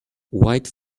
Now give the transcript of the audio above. white